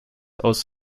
aus